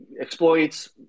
exploits